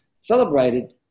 celebrated